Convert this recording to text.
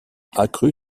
accru